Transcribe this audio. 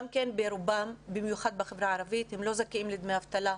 רובם, במיוחד בחברה הערבית, לא זכאים לדמי אבטלה.